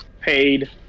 paid